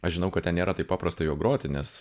aš žinau kad ten nėra taip paprasta juo groti nes